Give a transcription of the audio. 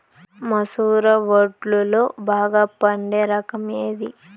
మసూర వడ్లులో బాగా పండే రకం ఏది?